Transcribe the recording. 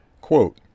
Quote